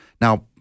Now